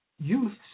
youths